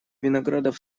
виноградов